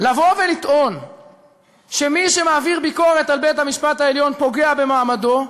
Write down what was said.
לבוא ולטעון שמי שמעביר ביקורת על בית-המשפט העליון פוגע במעמדו,